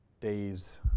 days